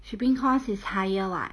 shipping cost is higher [what]